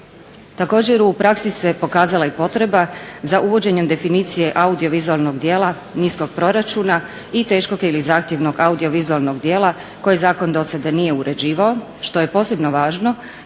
Također u praksi se pokazala i potreba za uvođenjem definicije audiovizualnog djela, niskog proračuna i teškog ili zahtjevnog audiovizualnog djela koje zakon do sada nije uređivao što je posebno važno